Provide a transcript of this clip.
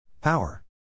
Power